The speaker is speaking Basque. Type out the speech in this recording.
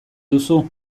duzu